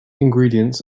ingredients